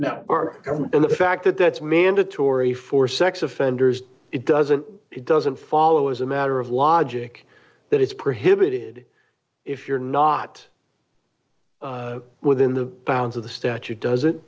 now our government and the fact that that's mandatory for sex offenders it doesn't it doesn't follow as a matter of logic that it's pretty hibbett it if you're not within the bounds of the statute does it